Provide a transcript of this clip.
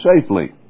safely